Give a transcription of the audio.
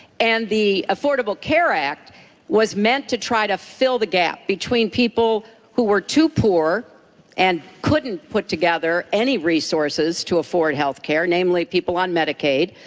and the affordable care act is meant to try to fill the gap between people who are too poor and couldn't put together any resources to afford healthcare, namely people on medicaid.